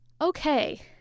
Okay